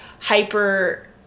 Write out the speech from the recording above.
hyper